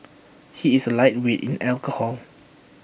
he is A lightweight in alcohol